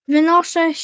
Wynoszę